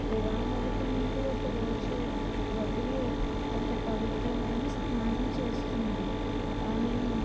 వివాహానికి ముందు ఒకరోజు వధువు ఒక పవిత్రమైన స్నానం చేస్తుంది ఆమెను